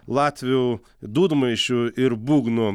latvių dūdmaišių ir būgnų